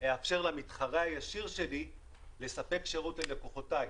אאפשר למתחרה הישיר שלי לספק שירות ללקוחותיי.